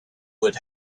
would